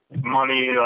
money